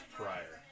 prior